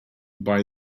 buy